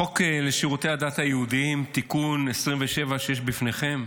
החוק לשירותי הדת היהודיים (תיקון מס' 27) שיש בפניכם,